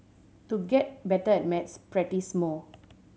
to get better at maths practise more